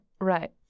Right